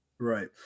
Right